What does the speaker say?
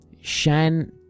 Shan